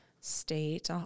State